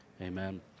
amen